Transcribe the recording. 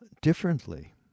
differently